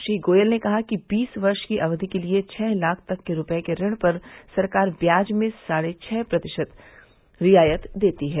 श्री गोयल ने कहा कि बीस वर्ष की अवधि के लिए छह लाख तक के रुपये के ऋण पर सरकार ब्याज में साढ़े छह प्रतिशत रियायत देती है